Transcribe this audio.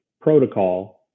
protocol